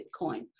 bitcoin